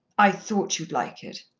i thought you'd like it.